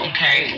Okay